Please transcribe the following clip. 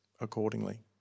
accordingly